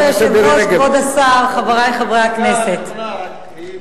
חברת הכנסת מירי רגב.